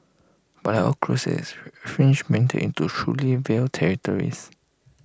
but like all crusades the fringes meandered into truly vile territories